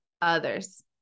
others